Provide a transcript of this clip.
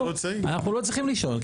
אנחנו לא צריכים לישון,